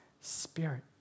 Spirit